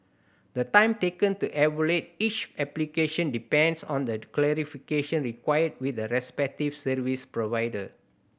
the time taken to evaluate each application depends on the clarification required with the respective service provider